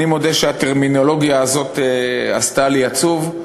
אני מודה שהטרמינולוגיה הזאת עשתה לי עצוב.